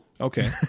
Okay